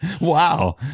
wow